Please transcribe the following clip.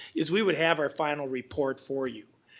is we would have our final report for you.